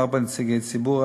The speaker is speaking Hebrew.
ארבעה נציגי ציבור,